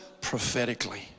prophetically